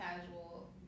casual